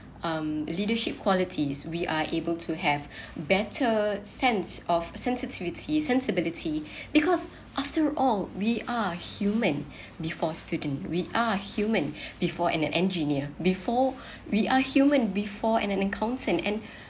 um leadership qualities we are able to have better sense of sensitivity sensibility because after all we are human before student we are human before and an engineer before we are human before and an accountant and